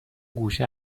گوشه